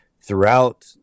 Throughout